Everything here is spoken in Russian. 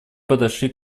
подошли